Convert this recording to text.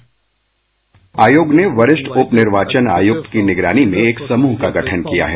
bite आयोग ने वरिष्ठ उप निर्वाचन आयुक्त की निगरानी में एक समूह का गठन किया है